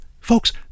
folks